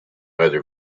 either